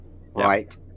right